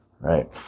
right